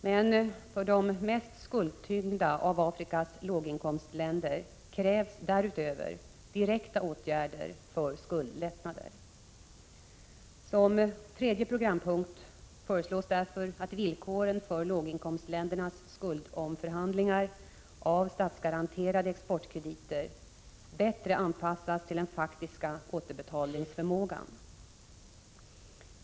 Men för de mest skuldtyngda av Afrikas låginkomstländer krävs därutöver direkta åtgärder för skuldlättnad. Som tredje programpunkt föreslås därför att villkoren för låginkomstländernas skuldomförhandlingar av statsgaranterade exportkrediter bättre anpassas till den faktiska återbetalningsförmågan.